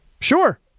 Sure